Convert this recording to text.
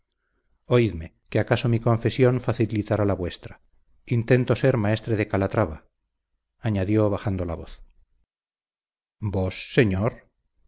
oídme que acaso mi confesión facilitará la vuestra intento ser maestre de calatrava añadió bajando la voz vos señor